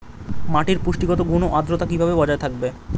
মাটির পুষ্টিগত গুণ ও আদ্রতা কিভাবে বজায় থাকবে?